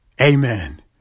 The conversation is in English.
Amen